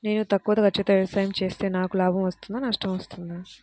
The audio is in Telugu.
నేను తక్కువ ఖర్చుతో వ్యవసాయం చేస్తే నాకు లాభం వస్తుందా నష్టం వస్తుందా?